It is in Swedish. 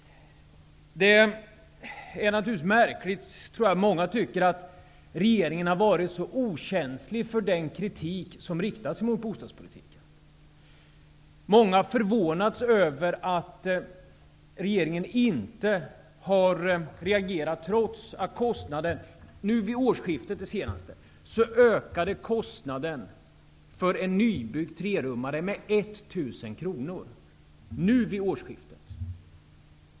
Jag tror att många tycker att det är märkligt att regeringen har varit så okänslig för den kritik som riktas mot bostadspolitiken. Många förvånas över att regeringen inte har reagerat, trots att kostna den för en nybyggd trerummare vid det senaste årsskiftet ökade med 1 000 kr.